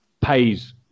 pays